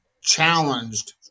challenged